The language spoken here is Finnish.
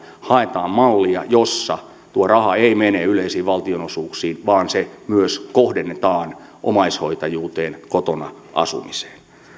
haetaan mallia jossa tuo raha ei mene yleisiin valtionosuuksiin vaan se myös kohdennetaan omaishoitajuuteen kotona asumiseen